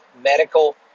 medical